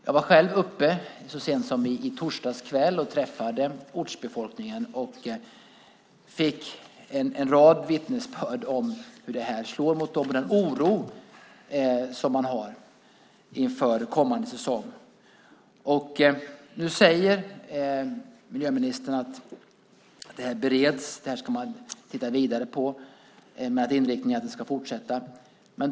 Jag var själv däruppe så sent som i torsdags kväll och träffade ortsbefolkningen och fick en rad vittnesbörd om hur det här slår mot dem och den oro som de har inför kommande säsong. Nu säger miljöministern att frågan bereds, att man ska titta vidare på detta med inriktningen att myggbekämpningsprojektet ska fortsätta.